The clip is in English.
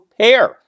Pair